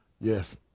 yes